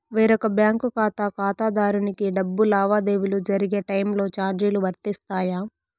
వేరొక బ్యాంకు ఖాతా ఖాతాదారునికి డబ్బు లావాదేవీలు జరిగే టైములో చార్జీలు వర్తిస్తాయా?